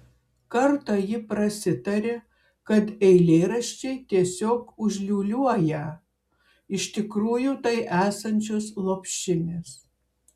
kartą ji prasitarė kad eilėraščiai tiesiog užliūliuoją iš tikrųjų tai esančios lopšinės